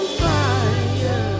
fire